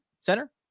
center